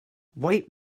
white